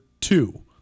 two